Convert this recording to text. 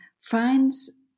finds